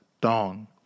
dong